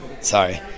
sorry